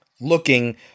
looking